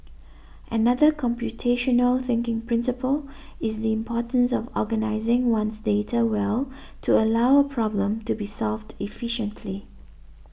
another computational thinking principle is the importance of organising one's data well to allow a problem to be solved efficiently